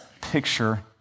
picture